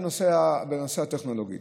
בנושא הטכנולוגי,